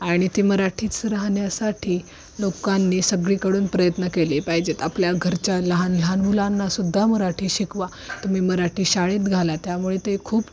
आणि ती मराठीच राहण्यासाठी लोकांनी सगळीकडून प्रयत्न केली पाहिजेत आपल्या घरच्या लहान लहान मुलांनासुद्धा मराठी शिकवा तुम्ही मराठी शाळेत घाला त्यामुळे ते खूप